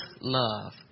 love